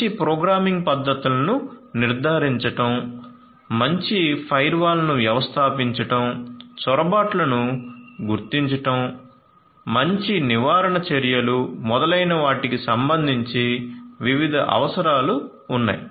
మంచి ప్రోగ్రామింగ్ పద్ధతులను నిర్ధారించడం మంచి ఫైర్వాల్లను వ్యవస్థాపించడం చొరబాట్లను గుర్తించడం మంచి నివారణ చర్యలు మొదలైన వాటికి సంబంధించి వివిధ అవసరాలు ఉన్నాయి